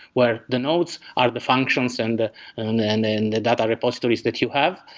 where the nodes are the functions and ah and and and the data repositories that you have.